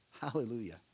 Hallelujah